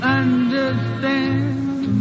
understand